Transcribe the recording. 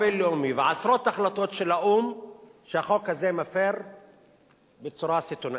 בחוק הבין-לאומי ועשרות החלטות של האו"ם שהחוק הזה מפר בצורה סיטונית,